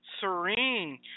Serene